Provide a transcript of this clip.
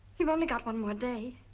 you've only got one more day.